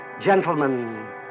Gentlemen